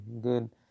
good